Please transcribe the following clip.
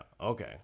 Okay